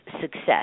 success